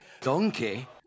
Donkey